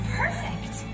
perfect